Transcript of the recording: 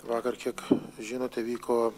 vakar kiek žinote vyko